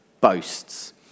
boasts